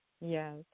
Yes